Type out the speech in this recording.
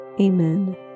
Amen